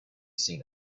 seen